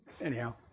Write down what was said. Anyhow